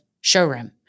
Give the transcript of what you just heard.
showroom